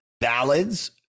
ballads